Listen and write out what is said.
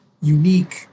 unique